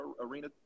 arena